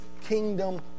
kingdom